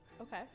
Okay